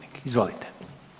Izvolite.